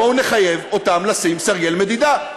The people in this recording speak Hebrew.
בואו נחייב אותם לשים סרגל מדידה,